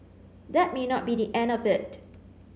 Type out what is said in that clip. that may not be the end of it